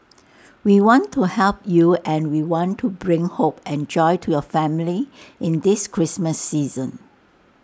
we want to help you and we want to bring hope and joy to your family in this Christmas season